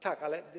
Tak, ale.